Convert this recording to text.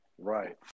Right